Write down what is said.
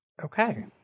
Okay